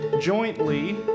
jointly